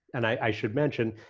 and i should mention,